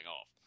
off